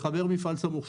לחבר מפעל סמוך.